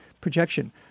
projection